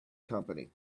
company